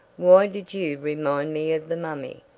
why did you remind me of the mummy?